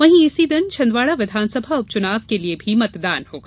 वहीं इसी दिन छिन्दवाड़ा विधानसभा उपचुनाव के लिए भी मतदान होगा